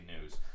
news